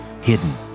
hidden